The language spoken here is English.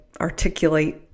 articulate